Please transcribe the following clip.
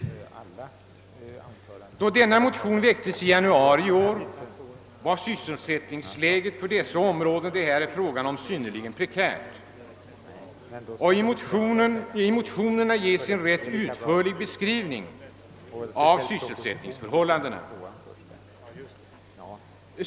När dessa motioner väcktes i januari i år var sysselsättningsläget i ifrågavarande områden synnerligen prekärt, och i motionerna lämnas en rätt utförlig beskrivning av sysselsättningsförhållandena.